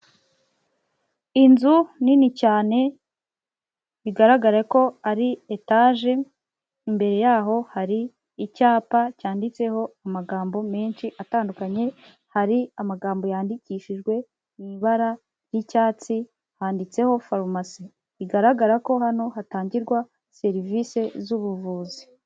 Inzu nini cyane bigaragare ko ari etaje imbere yaho hari icyapa cyanditseho amagambo menshi atandukanye, hari amagambo yandikishijwe mu ibara ry'icyatsi handitseho farumasi bigaragara ko hano hatangirwa serivisi z'ubuvuzi.